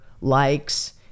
likes